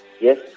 yes